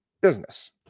business